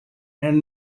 and